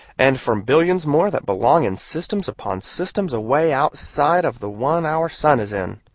and from billions more that belong in systems upon systems away outside of the one our sun is in.